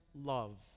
love